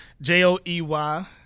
J-O-E-Y